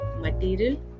material